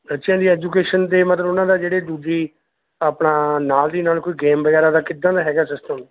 ਅੱਛਾ ਜੀ ਐਜੂਕੇਸ਼ਨ ਦੇ ਮਤਲਬ ਉਹਨਾਂ ਦਾ ਜਿਹੜੇ ਦੂਜੀ ਆਪਣਾ ਨਾਲ ਦੀ ਨਾਲ ਕੋਈ ਗੇਮ ਵਗੈਰਾ ਦਾ ਕਿੱਦਾਂ ਦਾ ਹੈਗਾ ਸਿਸਟਮ